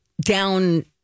down